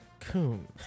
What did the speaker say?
Coon